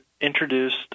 introduced